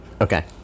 Okay